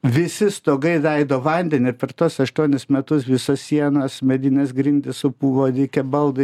visi stogai leido vandenį ir per tuos aštuonis metus visos sienos medinės grindys supuvo likę baldai